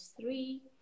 three